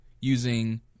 using